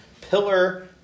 Pillar